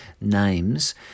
names